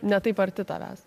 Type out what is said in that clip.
ne taip arti tavęs